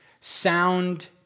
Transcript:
sound